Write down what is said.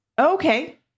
Okay